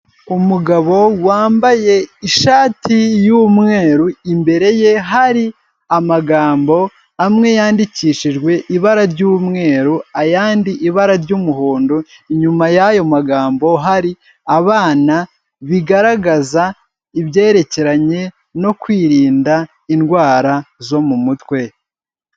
Umugabo wambaye ishati y'umweru, imbere ye hari amagambo amwe yandikishijwe ibara ry'umweru ayandi ibara ry'umuhondo, inyuma yayo magambo hari abana, bigaragaza ibyerekeranye no kwirinda indwara zo mu mutwe.